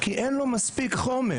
כי אין לו מספיק חומר.